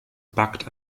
backt